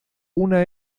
una